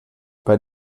bei